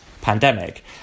pandemic